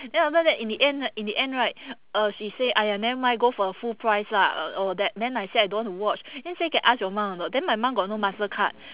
then after that in the end in the end right uh she say !aiya! nevermind go for full price lah all that then I say I don't want to watch then say can ask your mum or not then my mum got no Mastercard